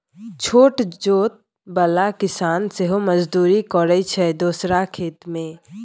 छोट जोत बला किसान सेहो मजदुरी करय छै दोसरा खेत मे